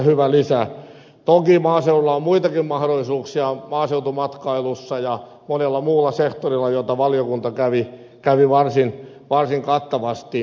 toki maaseudulla on muitakin mahdollisuuksia maaseutumatkailussa ja monella muulla sektorilla joita valiokunta kävi varsin kattavasti läpi